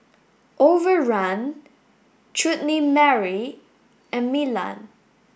Overrun Chutney Mary and Milan